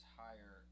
higher